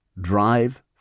drive